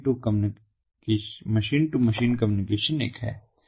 machine to machine communication एक है